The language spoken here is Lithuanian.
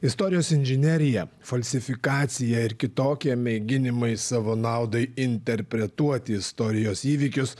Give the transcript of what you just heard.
istorijos inžinerija falsifikacija ir kitokie mėginimai savo naudai interpretuoti istorijos įvykius